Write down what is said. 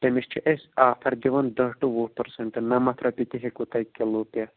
تٔمِس چھِ أسۍ آفر دِوان دَہ ٹُو وُہ پٔرسنٹہٕ نَمتھ رۄپیہِ تہِ ہیٚکو تۄہہِ کِلوٗ پٮ۪تھ